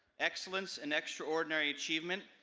excellence and extraordinary achievement,